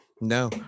no